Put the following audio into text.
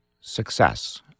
success